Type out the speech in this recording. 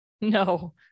No